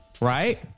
Right